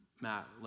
Matt